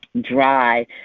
dry